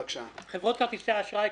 חברות כרטיסי האשראי,